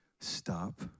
stop